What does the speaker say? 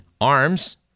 arms